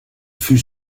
fut